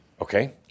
Okay